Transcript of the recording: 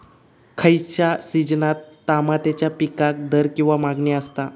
खयच्या सिजनात तमात्याच्या पीकाक दर किंवा मागणी आसता?